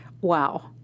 Wow